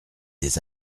des